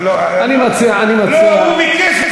לא, אני מציע, לא, הוא ביקש.